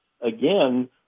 again